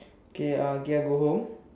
okay uh ya go home